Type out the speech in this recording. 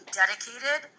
dedicated